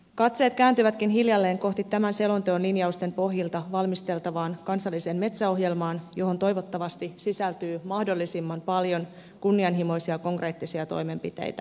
katseet kääntyvätkin hiljalleen kohti tämän selonteon linjausten pohjilta valmisteltavaan kansalliseen metsäohjelmaan johon toivottavasti sisältyy mahdollisimman paljon kunnianhimoisia konkreettisia toimenpiteitä